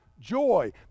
joy